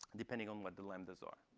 depending on what the lambdas are.